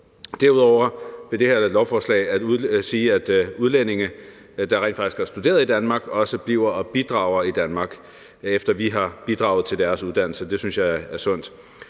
Derudover vil det her lovforslag betyde, at udlændinge, der rent faktisk har studeret i Danmark, også bliver og bidrager i Danmark, efter at vi har bidraget til deres uddannelse. Det synes jeg er sundt.